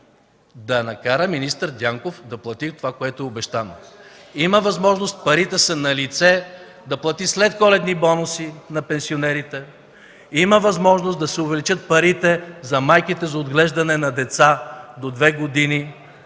да накара министър Дянков да плати това, което е обещано. Има възможност, парите са налице, да плати следколедни бонуси на пенсионерите. Има възможност да се увеличат парите за майките за отглеждане на деца до две години.